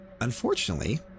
unfortunately